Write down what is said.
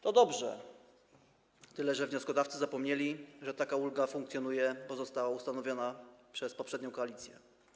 To dobrze, tyle że wnioskodawcy zapomnieli, że taka ulga funkcjonuje, bo została ustanowiona przez poprzednią koalicję.